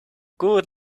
good